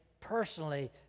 personally